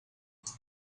this